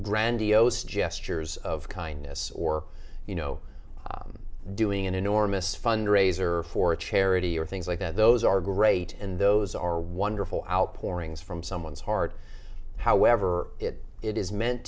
grandiose gestures of kindness or you know doing an enormous fundraiser for a charity or things like that those are great and those are wonderful outpourings from someone's heart however it is meant